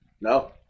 No